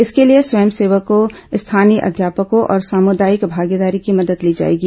इसके लिए स्वयंसेवकों स्थानीय अध्यापकों और सामुदायिक भागीदारी की मदद ली जाएगी